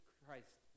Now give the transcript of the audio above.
Christ